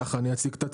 ככה אני אציג את עצמי,